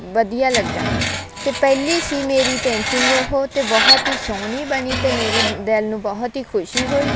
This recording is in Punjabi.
ਵਧੀਆ ਲੱਗਾ ਅਤੇ ਪਹਿਲੀ ਸੀ ਮੇਰੀ ਪੇਂਟਿੰਗ ਉਹ ਤਾਂ ਬਹੁਤ ਹੀ ਸੋਹਣੀ ਬਣੀ ਅਤੇ ਮੇਰੇ ਦਿਲ ਨੂੰ ਬਹੁਤ ਹੀ ਖੁਸ਼ੀ ਹੋਈ